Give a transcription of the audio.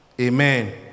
Amen